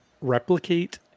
replicate